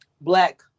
black